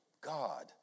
God